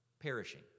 perishing